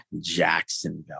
Jacksonville